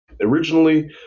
Originally